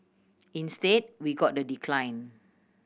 instead we got the decline